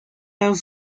never